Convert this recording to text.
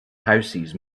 houses